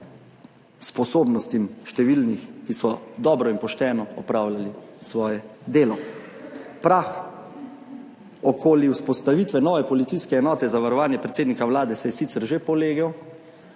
sposobnostim številnih, ki so dobro in pošteno opravljali svoje delo. Prah okoli vzpostavitve nove policijske enote za varovanje predsednika Vlade se je sicer že polegel,